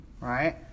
right